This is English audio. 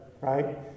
right